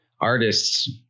artists